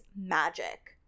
magic